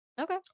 Okay